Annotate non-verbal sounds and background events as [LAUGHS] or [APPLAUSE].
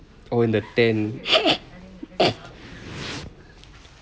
or in the tent [LAUGHS]